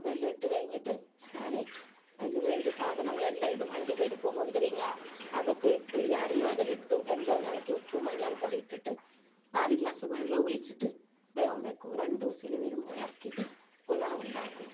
ഇതെല്ലം ഇട്ട് കഴിഞ്ഞിട്ട് ഞാൻ അതിന് വേണ്ട സാധനങ്ങളെല്ലാം ഇടും അണ്ടിപ്പരിപ്പ് മുന്തിരിങ്ങ അതൊക്കെ ഇട്ട് ഈ അറിയും അതിൽ ഇട്ടു ഒന്ന് ഏലാക്കി ഉപ്പും മഞ്ഞൾപ്പൊടിയും ഇട്ടിട്ട് നാലു ഗ്ലാസ് വെള്ളം ഒഴിച്ചിട്ട് വേഗം വയ്ക്കും രണ്ട് വിസിൽ വരുമ്പോൾ ഇറക്കിയിട്ട് പുലാവുണ്ടാക്കും